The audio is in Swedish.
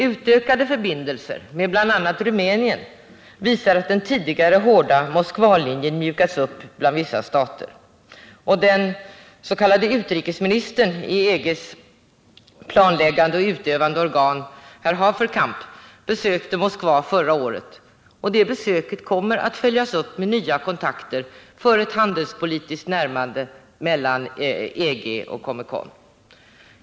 Utökade förbindelser med bl.a. Rumänien visar att den tidigare hårda Moskvalinjen har mjukats upp bland vissa stater. Den s.k. utrikesministern i EG:s planläggande och utövande organ, herr Haferkamp, besökte Moskva förra året, och detta besök kommer att följas upp av nya kontakter för ett handelspolitiskt närmande mellan EG och Comecon.